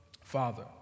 Father